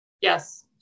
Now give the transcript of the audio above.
Yes